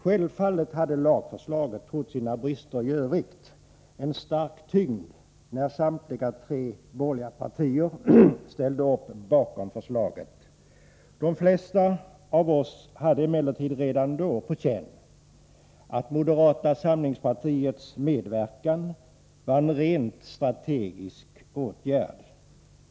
Självfallet hade lagförslaget — trots sina brister i övrigt — en stark tyngd när samtliga tre borgerliga partier ställde upp bakom förslaget. De flesta av oss hade emellertid redan då på känn att moderata samlingspartiets medverkan var en rent strategisk åtgärd.